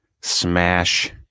smash